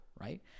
right